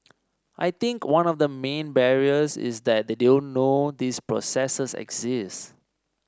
I think one of the main barriers is that they don't know these processes exist